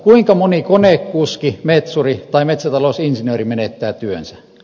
kuinka moni konekuski metsuri tai metsätalousinsinööri menettää työnsä